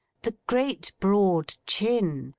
the great broad chin,